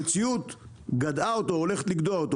המציאות הולכת לגדוע אותו.